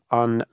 on